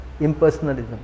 impersonalism